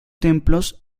templos